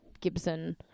Gibson